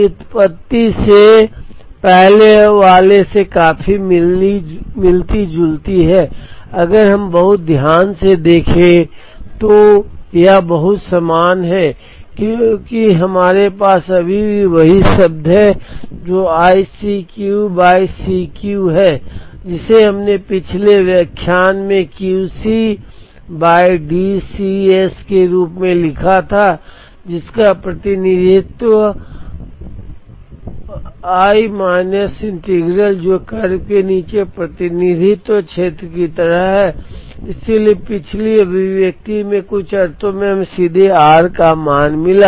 यह व्युत्पत्ति पहले वाले से काफी मिलती जुलती है अगर हम बहुत ध्यान से देखें तो यह बहुत समान है क्योंकि हमारे पास अभी भी वही शब्द है जो iCQ CQ है जिसे हमने पिछले व्याख्यान में QC DC s के रूप में लिखा था जिसका प्रतिनिधित्व 1 माइनस इंटीग्रल जो कर्व के नीचे प्रतिनिधित्व क्षेत्र की तरह है इसलिए पिछली अभिव्यक्ति में कुछ अर्थों में हमें सीधे r का मान मिला